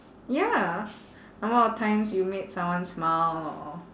ya number of times you made someone smile or